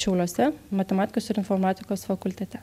šiauliuose matematikos ir informatikos fakultete